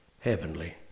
heavenly